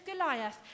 Goliath